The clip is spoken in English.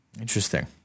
Interesting